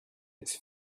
his